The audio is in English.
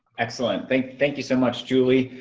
excellent, thank thank you so much julie.